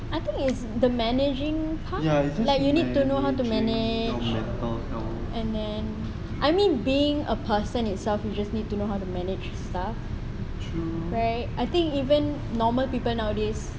I think is the managing part like you need to know how to manage and then I mean being a person itself you just need to know how to manage your stuff right I think even normal people nowadays